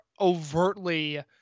overtly